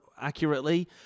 accurately